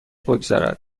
بگذرد